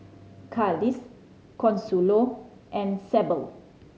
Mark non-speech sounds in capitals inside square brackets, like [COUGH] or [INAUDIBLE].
[UNINTELLIGIBLE] Consuelo and Sable